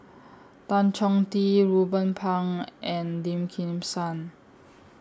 Tan Chong Tee Ruben Pang and Lim Kim San